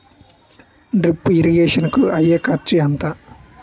Drip irrigation కూ అయ్యే ఖర్చు ఎంత?